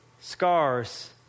scars